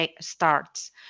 starts